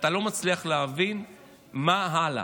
ואתה לא מצליח להבין מה הלאה.